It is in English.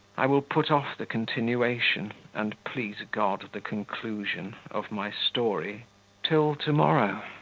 i will put off the continuation, and please god the conclusion, of my story till tomorrow.